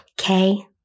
okay